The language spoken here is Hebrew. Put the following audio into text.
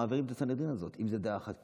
מעבירים את הסנהדרין אם זה דעה אחת,